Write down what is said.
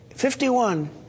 Fifty-one